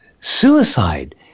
suicide